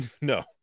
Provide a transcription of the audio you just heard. No